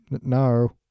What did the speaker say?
no